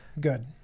Good